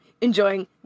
enjoying